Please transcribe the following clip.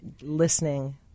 listening